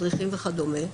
מדריכים וכדומה.